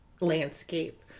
landscape